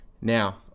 now